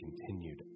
continued